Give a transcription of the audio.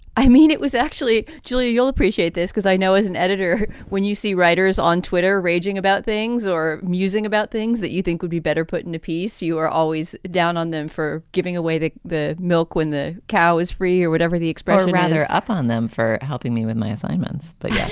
i mean, it was actually julia, you'll appreciate this, because i know as an editor, when you see writers on twitter raging about things or musing about things that you think would be better put in a piece, you are always down on them for giving away the the milk when the cow is free or whatever the expression, rather up on them for helping me with my assignments, but yeah